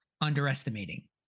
underestimating